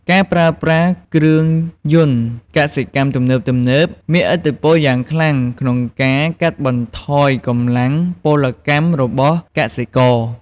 ការប្រើប្រាស់គ្រឿងយន្តកសិកម្មទំនើបៗមានឥទ្ធិពលយ៉ាងខ្លាំងក្នុងការកាត់បន្ថយកម្លាំងពលកម្មរបស់កសិករ។